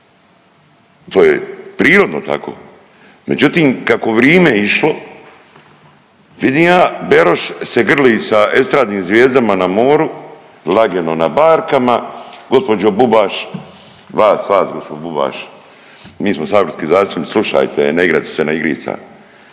to je prirodno tako, međutim kako je vrime išlo vidim ja Beroš se grli sa estradnim zvijezdama na moru lagano na barkama. Gospođo Bubaš vas … gospođo Bubaš mi smo saborski zastupnici slušajte ne igrajte se na igrica